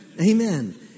Amen